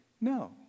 no